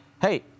hey